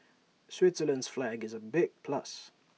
Switzerland's flag is A big plus